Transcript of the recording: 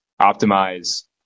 optimize